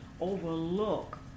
overlook